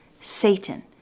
Satan